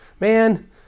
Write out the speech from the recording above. man